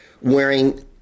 wearing